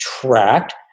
tracked